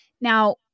Now